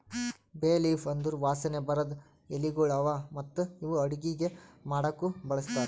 ಬೇ ಲೀಫ್ ಅಂದುರ್ ವಾಸನೆ ಬರದ್ ಎಲಿಗೊಳ್ ಅವಾ ಮತ್ತ ಇವು ಅಡುಗಿ ಮಾಡಾಕು ಬಳಸ್ತಾರ್